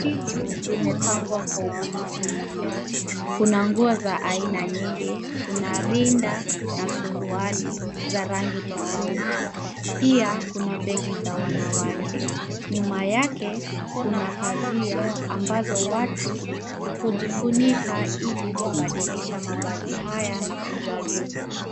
Pili limepangwa kwa ubunifu mno. Kuna nguo za aina nyingi. Kuna rinda na suruali za rangi tofauti. Pia kuna begi za wanawake. Nyuma yake kuna pazia ambazo watu hujifunika ili kubadilisha mavazi haya na kujaribu.